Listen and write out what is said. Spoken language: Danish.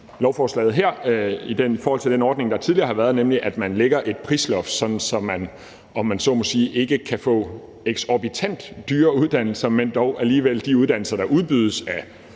lovforslaget her i forhold til den ordning, der tidligere har været, nemlig at der lægges et prisloft, sådan at man ikke kan få eksorbitant dyrere uddannelser, men dog alligevel de uddannelser, der udbydes